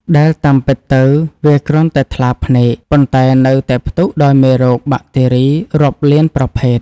ដែលតាមពិតទៅវាគ្រាន់តែថ្លាភ្នែក ប៉ុន្តែនៅតែផ្ទុកដោយមេរោគបាក់តេរីរាប់លានប្រភេទ។